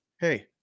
Hey